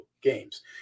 games